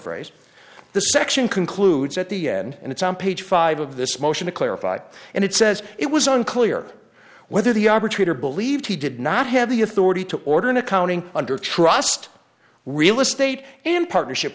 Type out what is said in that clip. paraphrase the section concludes at the end and it's on page five of this motion to clarify and it says it was unclear whether the operator believed he did not have the authority to order an accounting under trust real estate and partnership